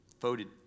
voted